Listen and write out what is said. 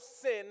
sin